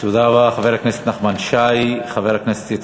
תודה רבה, חבר הכנסת נחמן שי.